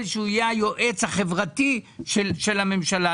שהוא יהיה היועץ החברתי של הממשלה,